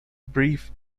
brief